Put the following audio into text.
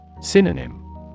Synonym